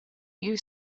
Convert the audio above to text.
you